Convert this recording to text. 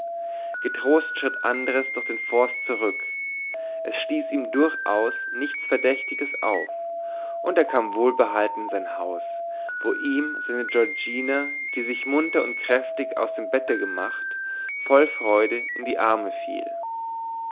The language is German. getrost schritt andres durch den forst zurück es stieß ihm durchaus nichts verdächtiges auf und er kam wohlbehalten in sein haus wo ihm seine giorgina die sich munter und kräftig aus dem bette gemacht voll freude in die arme fiel